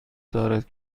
دارد